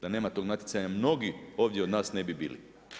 Da nema tog natjecanja mnogi ovdje od nas ne bi bili.